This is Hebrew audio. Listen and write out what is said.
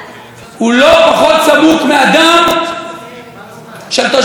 הוא בטח שלא פחות סמוק מהדם של הערבים שחיים בשכנותנו.